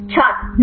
छात्र नहीं